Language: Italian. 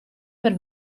per